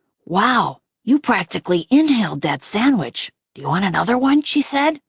wow, you practically inhaled that sandwich. do you want another one? she said.